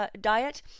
diet